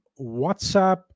WhatsApp